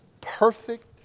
perfect